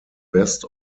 best